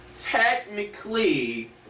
technically